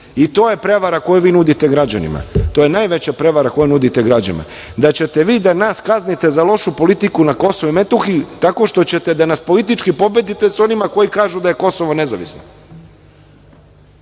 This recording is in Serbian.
I to je prevara koju vi nudite građanima. To je najveća prevara koju nudite građanima, da ćete vi da nas kaznite za lošu politiku na Kosovu i Metohiji tako što ćete da nas politički pobedite sa onima koji kažu da je Kosovo nezavisno